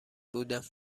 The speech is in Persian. بودم